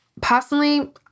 personally